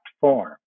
form